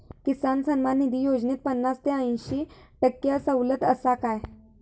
किसान सन्मान निधी योजनेत पन्नास ते अंयशी टक्के सवलत आसा काय?